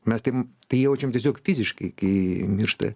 mes taip tai jaučiam tiesiog fiziškai kai miršta